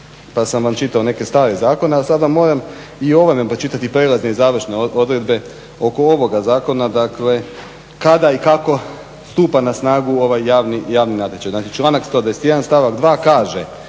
pa sam vam čitao neke stare zakone a sad vam moram i ovo pročitati prijelazne i završne odredbe oko ovoga zakona dakle kada i kako stupa na snagu ovaj javni natječaj znači članak 121. Stavak 2 kaže: